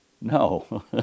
No